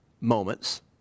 moments